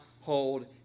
hold